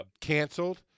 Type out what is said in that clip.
canceled